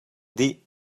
dih